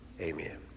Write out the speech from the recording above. amen